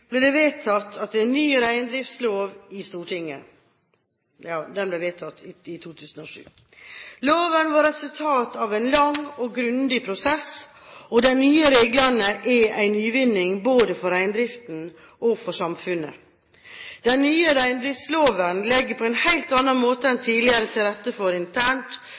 ble det vedtatt en ny reindriftslov i Stortinget. Loven var resultat av en lang og grundig prosess, og de nye reglene er en nyvinning både for reindriften og for samfunnet. Den nye reindriftsloven legger på en helt annen måte enn tidligere til rette for internt